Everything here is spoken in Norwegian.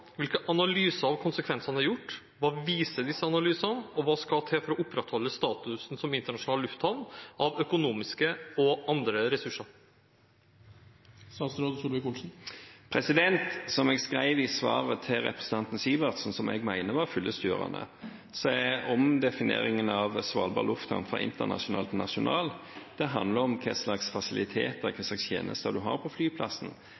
hvilke analyser av konsekvensene er gjort, hva viser disse analysene, og hva skal til for å opprettholde statusen som internasjonal lufthavn av økonomiske og andre ressurser?» Som jeg skrev i svaret til representanten Sivertsen, som jeg mener var fyllestgjørende, handler omdefineringen av Svalbard lufthavn fra internasjonal til nasjonal om hva slags fasiliteter og hva slags tjenester en har på flyplassen.